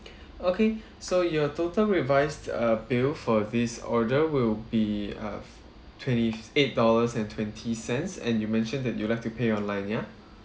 okay so your total revised uh bill for this order will be uh f~ twenty eight dollars and twenty cents and you mentioned that you'd like to pay online ya